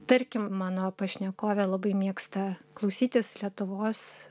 tarkim mano pašnekovė labai mėgsta klausytis lietuvos